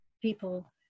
people